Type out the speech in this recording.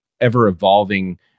ever-evolving